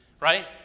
Right